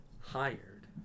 hired